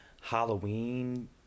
Halloween